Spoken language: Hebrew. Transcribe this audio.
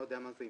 לפי מה שהבנתי,